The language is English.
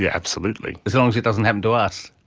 yeah absolutely. as long as it doesn't happen to us.